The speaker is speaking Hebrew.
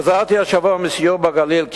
חזרתי השבוע מסיור בגליל.